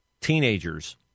teenagers